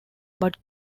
but